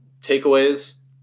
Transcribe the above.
takeaways